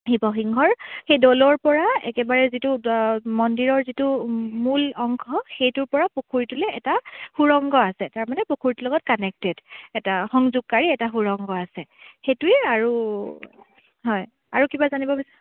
শিৱসিংহৰ সেই দ'লৰ পৰা একেবাৰে যিটো মন্দিৰৰ যিটো মূল অংশ সেইটোৰ পৰা পুখুৰীটোলৈ এটা সুৰংগ আছে তাৰমানে পুখুৰীটোৰ লগত কানেক্টেড এটা সংযোগকাৰী এটা সুৰংগ আছে সেইটোৱে আৰু হয় আৰু কিবা জানিব বিচ